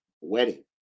wedding